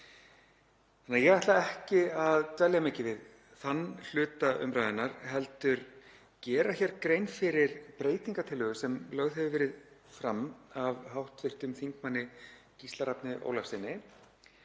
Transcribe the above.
2020. Ég ætla ekki að dvelja mikið við þann hluta umræðunnar heldur gera hér grein fyrir breytingartillögu sem lögð hefur verið fram af hv. þm. Gísla Rafni Ólafssyni